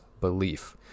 belief